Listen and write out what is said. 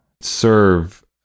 serve